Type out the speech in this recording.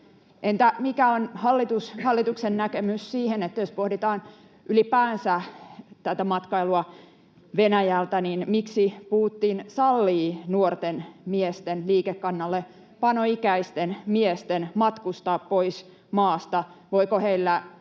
Entä mikä on hallituksen näkemys, jos pohditaan ylipäänsä matkailua Venäjältä: Miksi Putin sallii nuorten miesten, liikekannallepanoikäisten miesten, matkustaa pois maasta?